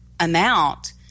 amount